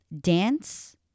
dance